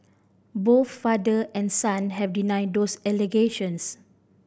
both father and son have denied those allegations